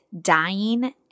dying